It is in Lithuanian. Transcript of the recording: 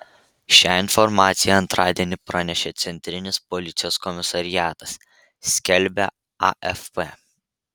šią informaciją antradienį pranešė centrinis policijos komisariatas skelbia afp